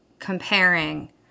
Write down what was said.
comparing